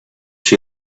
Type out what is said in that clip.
she